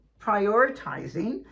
prioritizing